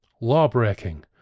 law-breaking